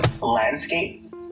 landscape